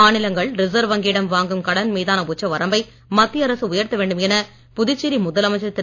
மாநிலங்கள் ரிசர்வ் வங்கியிடம் வாங்கும் கடன் மீதான உச்சவரம்பை மத்திய அரசு உயர்த்த வேண்டும் என புதுச்சேரி முதலமைச்சர் திரு